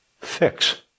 fix